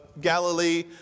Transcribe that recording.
Galilee